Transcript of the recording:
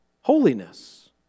Holiness